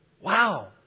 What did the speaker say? wow